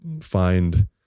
find